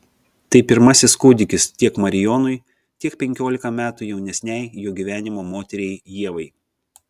tai pirmasis kūdikis tiek marijonui tiek penkiolika metų jaunesnei jo gyvenimo moteriai ievai